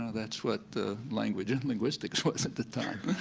that's what the language and linguistics was at the time.